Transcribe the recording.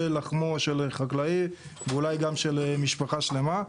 לחמו של חקלאי ואולי גם של משפחה שלמה.